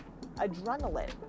adrenaline